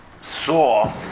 saw